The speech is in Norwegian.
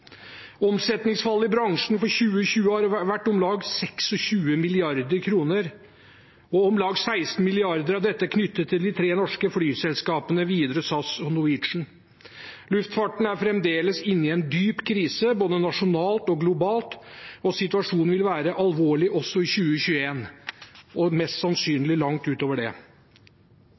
for bransjen i 2020 var om lag 26 mrd. kr, og om lag 16 mrd. kr av dette er knyttet til de tre norske flyselskapene Widerøe, SAS og Norwegian. Luftfarten er fremdeles inne i en dyp krise, både nasjonalt og globalt, og situasjonen vil være alvorlig også i 2021 – mest sannsynlig langt utover det også. Bransjen selv regner med at det